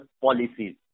policies